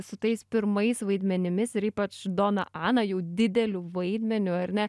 su tais pirmais vaidmenimis ir ypač dona ana jau dideliu vaidmeniu ar ne